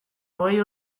hogei